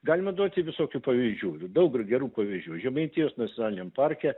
galima duoti visokių pavyzdžių ir daug gerų pavyzdžių žemaitijos nacionaliniam parke